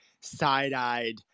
side-eyed